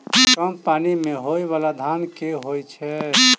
कम पानि मे होइ बाला धान केँ होइ छैय?